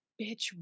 bitch